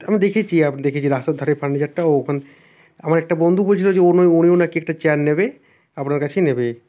আমি দেখিছি আপ দেখেছি রাস্তার ধারে ফার্নিচারটাও ওপেন আমার একটা বন্ধু বলছিলো যে ও নয় উনিও নাকি একটা চেয়ার নেবে আপনার কাছেই নেবে